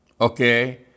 okay